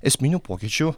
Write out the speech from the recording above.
esminių pokyčių